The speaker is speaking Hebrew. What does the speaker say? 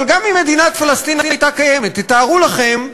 אבל גם אם מדינת פלסטין הייתה קיימת, תתארו לכם,